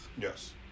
yes